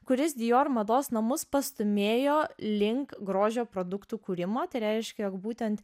kuris dior mados namus pastūmėjo link grožio produktų kūrimo tai reiškia jog būtent